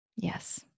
Yes